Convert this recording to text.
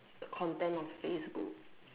the content of Facebook